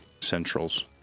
Centrals